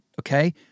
Okay